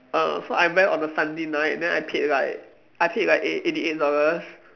err so I went on a Sunday night then I paid like I paid like eight eighty eight dollars